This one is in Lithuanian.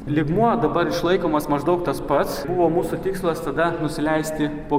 lygmuo dabar išlaikomas maždaug tas pats buvo mūsų tikslas tada nusileisti po